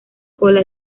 cola